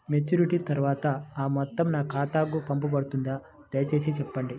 Maturity తర్వాత ఆ మొత్తం నా ఖాతాకు పంపబడుతుందా? దయచేసి చెప్పండి?